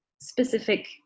specific